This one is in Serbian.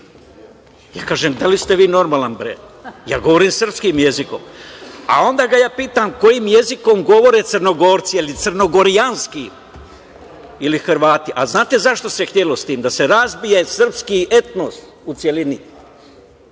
Ja kažem, da li ste vi normalni. Ja govorim srpskim jezikom. Onda ga ja pitam kojim jezikom govore Crnogorci jel crnogorijanski ili Hrvati? Znate šta se htelo s tim? Da se razbija srpski etnos u celini.